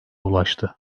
ulaştı